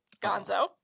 Gonzo